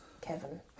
Kevin